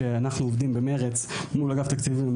שעובדים במרץ מול אגף תקציבים,